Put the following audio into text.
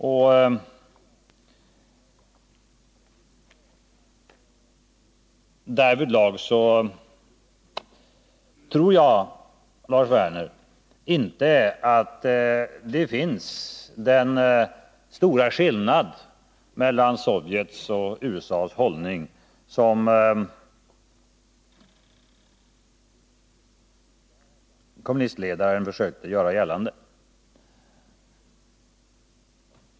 Och därvidlag tror jag inte att det finns den stora skillnad mellan Sovjets och USA:s hållning som kommunistledaren försökte göra gällande.